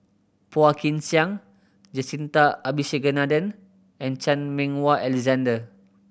Phua Kin Siang Jacintha Abisheganaden and Chan Meng Wah Alexander